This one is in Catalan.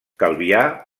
calvià